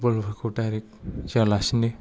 बल फोरखौ डायरेक्ट जोआ लासिनो